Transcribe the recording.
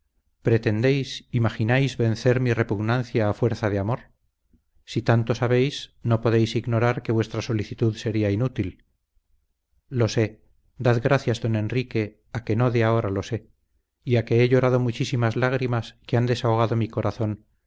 pretendéis imagináis vencer mi repugnancia a fuerza de amor si tanto sabéis no podéis ignorar que vuestra solicitud sería inútil lo sé dad gracias don enrique a que no de ahora lo sé y a que he llorado muchas lágrimas que han desahogado mi corazón